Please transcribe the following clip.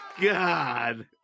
God